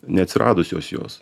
neatsiradusios jos